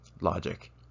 logic